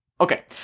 Okay